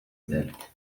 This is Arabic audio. ذلك